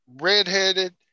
redheaded